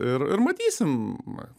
ir ir matysim